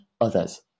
others